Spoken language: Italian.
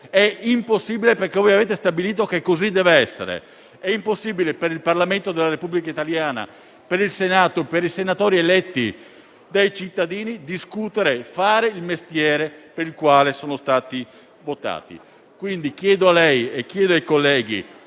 è impossibile, perché avete stabilito che così deve essere. È impossibile per il Parlamento della Repubblica italiana, per il Senato, per i senatori eletti dai cittadini discutere, fare il mestiere per il quale sono stati votati. Chiedo a lei e chiedo ai colleghi